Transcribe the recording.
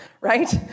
right